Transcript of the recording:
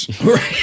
right